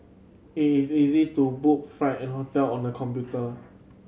it is easy to book flight and hotel on the computer